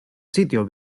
sitio